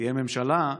תהיה ממשלה,